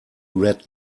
red